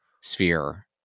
sphere